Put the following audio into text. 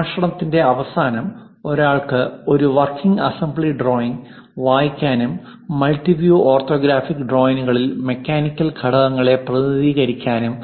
പ്രഭാഷണത്തിന്റെ അവസാനം ഒരാൾക്ക് ഒരു വർക്കിംഗ് അസംബ്ലി ഡ്രോയിംഗ് വായിക്കാനും മൾട്ടിവ്യൂ ഓർത്തോഗ്രാഫിക് ഡ്രോയിംഗുകളിൽ മെക്കാനിക്കൽ ഘടകങ്ങളെ പ്രതിനിധീകരിക്കാനും